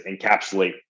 encapsulate